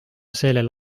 sellel